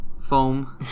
foam